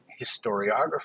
historiography